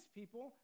people